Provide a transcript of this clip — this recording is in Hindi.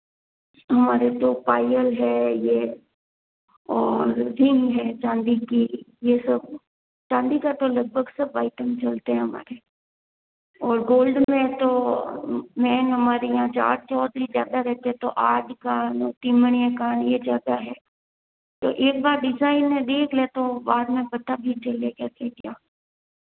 हमारे तो पायल है ये और रिंग है चांदी की ये सब चांदी का तो लगभग सब आइटम चलते हैं हमारे और गोल्ड में तो मेन हमारे यहाँ जाट चौधरी ज़्यादा रहते तो आड कान तीन मणिया कान ये ज़्यादा है तो एक बार डिजाइन देख ले तो बाद में पता भी चले कैसे क्या